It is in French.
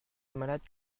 malade